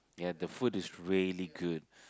ya the food is really good